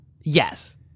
Yes